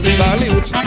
salute